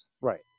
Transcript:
Right